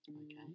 Okay